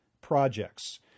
projects